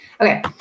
Okay